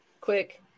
quick